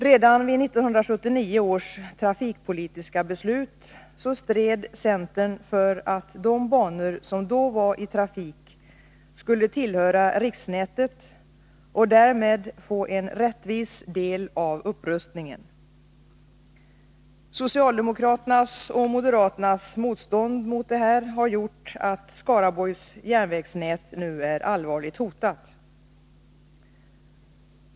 Redan vid 1979 års trafikpolitiska beslut stred centerpartiet för att de banor som då var i trafik skulle tillhöra riksnätet och därmed få en rättvis del av upprustningen. Socialdemokraternas och moderaternas motstånd mot detta har gjort att Skaraborgs järnvägsnät nu är allvarligt hotat.